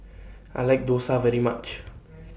I like Dosa very much